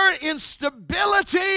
instability